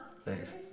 Thanks